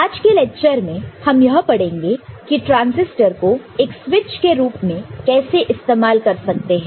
तो आज के लेक्चर में हम यह पड़ेंगे की ट्रांजिस्टर को एक स्विच के रूप में कैसे इस्तेमाल कर सकते हैं